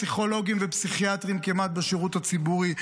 פסיכולוגים ופסיכיאטרים בשירות הציבורי.